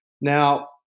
Now